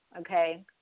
okay